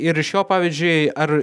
ir iš jo pavyzdžiui ar